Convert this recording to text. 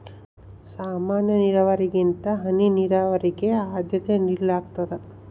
ಸಾಮಾನ್ಯ ನೇರಾವರಿಗಿಂತ ಹನಿ ನೇರಾವರಿಗೆ ಆದ್ಯತೆ ನೇಡಲಾಗ್ತದ